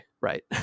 Right